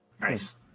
Nice